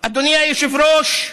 אדוני היושב-ראש,